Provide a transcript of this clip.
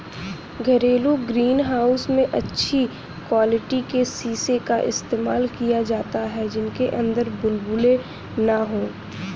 घरेलू green house में अच्छी क्वालिटी के शीशे का इस्तेमाल किया जाता है जिनके अंदर बुलबुले ना हो